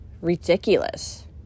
ridiculous